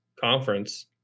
conference